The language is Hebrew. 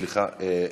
סליחה.